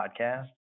podcast